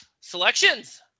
selections